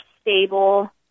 stable